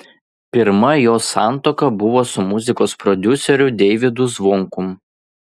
pirma jos santuoka buvo su muzikos prodiuseriu deivydu zvonkum